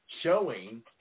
showing